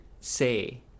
say